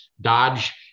Dodge